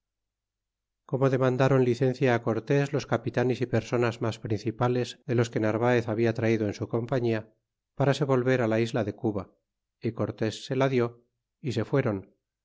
como demandron licencia cortés los capitanes y personaernas principales de los que narvaez habia traido en au compañia para se volver la isla de cuba y cortés se la di y se ful